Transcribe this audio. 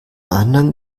anhang